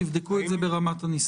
תבדקו את זה ברמת הניסוח.